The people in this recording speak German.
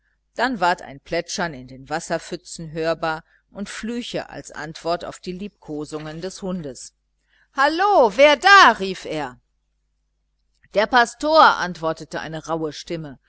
dann ward ein plätschern in den wasserpfützen hörbar und flüche als antwort auf die liebkosungen des hundes hallo wer da rief er der pastor antwortete eine rauhe stimme